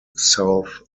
south